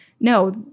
no